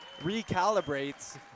recalibrates